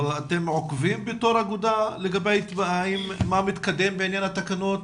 אבל אתם עוקבים בתור אגודה לגבי מה מתקדם בעניין התקנות,